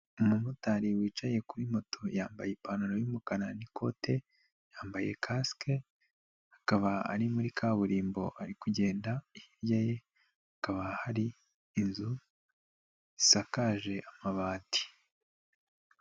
Umumotari wicaye kuri moto, yambaye ipantaro y'umukara n'ikote, yambaye kasike, akaba muri kaburimbo ari kugenda, hirya ye hakaba hari inzu zisakaje amabati.